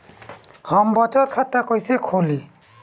हम बचत खाता कईसे खोली?